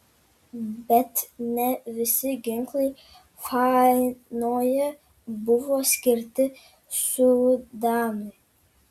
bet ne visi ginklai fainoje buvo skirti sudanui